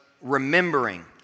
remembering